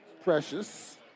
Precious